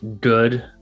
good